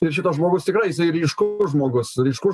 ir šitas žmogus tikrai jisai ryškus žmogus ryškus